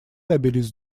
добились